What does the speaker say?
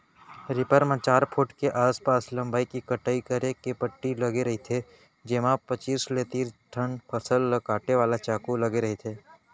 reaper म चार foot के आसपास लंबई के कटई करे के पट्टी लगे रहिथे जेमा पचीस ले तिस ठन फसल ल काटे वाला चाकू लगे रहिथे